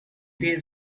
did